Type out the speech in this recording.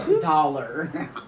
dollar